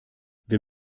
wir